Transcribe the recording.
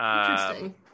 Interesting